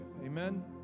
Amen